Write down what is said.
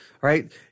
right